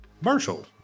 Marshall